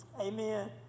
amen